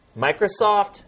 Microsoft